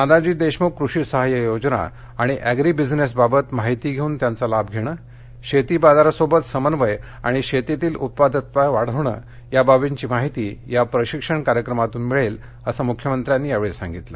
नानाजी देशमुख कृषी सहाय्य योजना आणि एग्री बिझनेस याबाबत माहिती घेऊन त्यांचा लाभ घेणे शेती बाजारासोबत समन्वय आणि शेतीतील उत्पादकता वाढविणं याबाबींची माहिती या प्रशिक्षण कार्यक्रमातून मिळेल असं मुख्यमंत्र्यांनी यावेळी सांगितलं